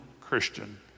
Christian